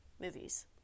movies